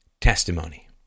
testimony